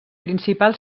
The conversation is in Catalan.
principal